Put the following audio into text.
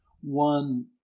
one